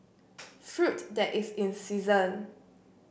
fruit that is in season